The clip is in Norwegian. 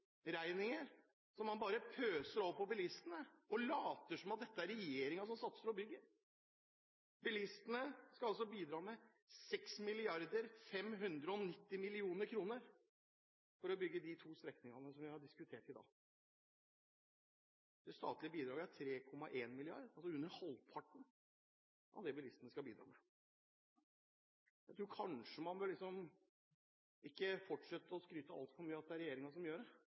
bilistene. Man later som om det er regjeringen som satser og bygger. Bilistene skal bidra med 6 590 mill. kr for å bygge disse to strekningene som vi har diskutert i dag. Det statlige bidraget er 3,1 mrd. kr, altså under halvparten av det bilistene skal bidra med. Jeg tror kanskje man ikke burde fortsette å skryte så altfor mye av at det er regjeringen som gjør det.